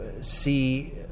see